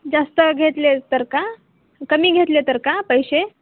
जास्त घेतले तर का कमी घेतले तर का पैसे